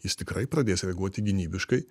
jis tikrai pradės reaguoti gynybiškai